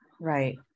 Right